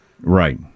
Right